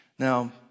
Now